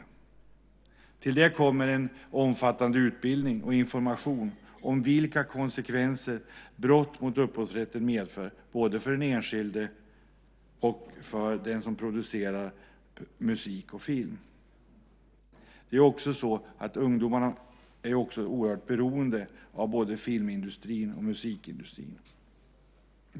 Därtill kommer en omfattande utbildning och information om vilka konsekvenser brott mot upphovsrätten medför både för den enskilde och för den som producerar musik och film. Ungdomarna är oerhört beroende av både filmindustrin och musikindustrin.